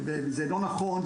זה לא נכון.